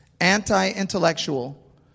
anti-intellectual